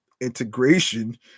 integration